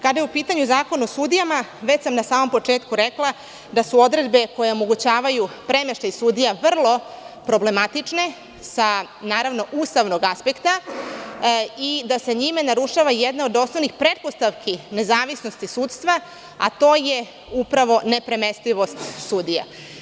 Kada je u pitanju Zakona o sudijama, već sam na samom početku rekla da su odredbe koje omogućavaju premeštaj sudija vrlo problematične sa, naravno, ustavnog aspekta i da se njime narušava jedna od osnovnih pretpostavki nezavisnosti sudstva, a to je upravo nepremestivost sudija.